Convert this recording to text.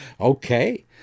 Okay